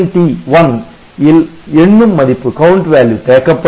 TCNT1 ல் எண்ணும் மதிப்பு தேக்கப்படும்